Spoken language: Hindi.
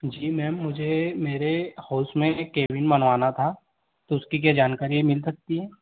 जी मैम मुझे मेरे हाउस में केबिन बनवाना था तो उसकी क्या जानकारी मिल सकती है